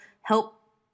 help